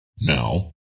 Now